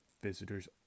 visitors